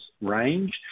range